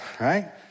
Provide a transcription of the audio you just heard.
Right